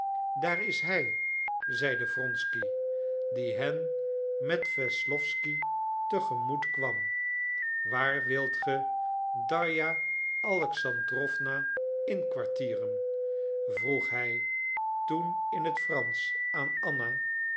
daar is hij zeide wronsky die hen met wesslowsky te gemoet kwam waar wilt ge darja alexandrowna inkwartieren vroeg hij toen in het fransch aan anna